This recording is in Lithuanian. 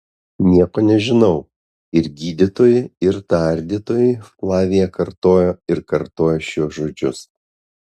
nieko nežinau ir gydytojui ir tardytojui flavija kartojo ir kartojo šiuos žodžius